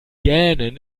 gähnen